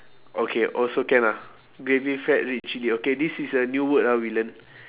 okay also can ah gravy fat red chilli okay this is a new word ah we learn